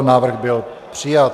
Návrh byl přijat.